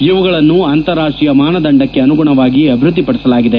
ಇವುಗಳನ್ನು ಅಂತಾರಾಷ್ಟೀಯ ಮಾನದಂಡಕ್ಕೆ ಅನುಗುಣವಾಗಿ ಅಭಿವೃದ್ಧಿಪಡಿಸಲಾಗಿದೆ